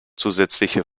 zusätzliche